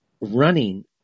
running